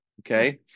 Okay